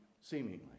seemingly